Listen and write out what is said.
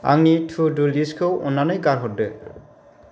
आंनि तु दु लिस्टखौ अननानै गारहरदो